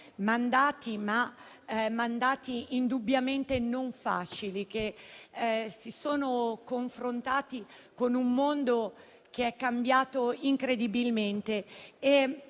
per tre mandati indubbiamente non facili, che si sono confrontati con un mondo che è cambiato incredibilmente.